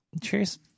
Cheers